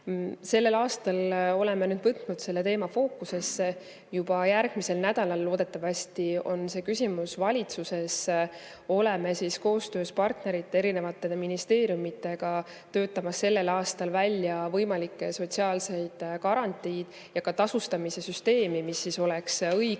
Sellel aastal oleme võtnud selle teema fookusesse. Juba järgmisel nädalal loodetavasti on see küsimus valitsuses. Me töötame koostöös partnerite ja erinevate ministeeriumidega sellel aastal välja võimalikke sotsiaalseid garantiisid ja ka tasustamise süsteemi, mis oleks õiglane